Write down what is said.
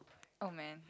oh man